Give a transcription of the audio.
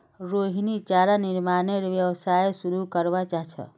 रोहिणी चारा निर्मानेर व्यवसाय शुरू करवा चाह छ